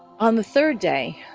on the third day,